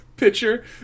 picture